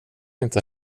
inte